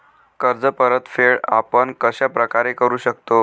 कर्ज परतफेड आपण कश्या प्रकारे करु शकतो?